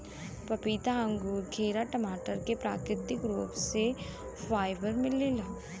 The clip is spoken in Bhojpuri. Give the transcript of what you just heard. पपीता अंगूर खीरा टमाटर में प्राकृतिक रूप से फाइबर मिलेला